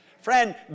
Friend